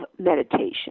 meditation